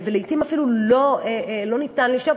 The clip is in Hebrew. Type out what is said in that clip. ולעתים אפילו לא ניתן לשאוב.